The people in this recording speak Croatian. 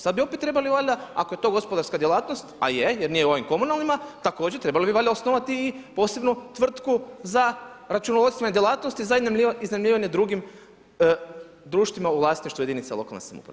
Sad bi opet trebali valjda, ako je to gospodarska djelatnost, a je jer nije u ovim komunalnima, također trebali bi valjda osnovati i posebnu tvrtku za računovodstvene djelatnosti, za iznajmljivanje drugim društvima u vlasništvu jedinica lokalne samouprave.